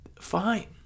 fine